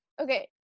Okay